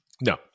No